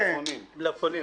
למלפפונים.